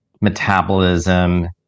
metabolism